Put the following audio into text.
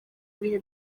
bihe